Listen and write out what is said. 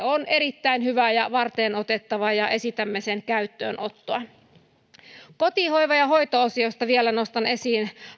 on erittäin hyvä ja varteenotettava ja esitämme sen käyttöönottoa koti hoiva ja hoito osiosta vielä nostan esiin